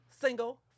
single